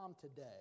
today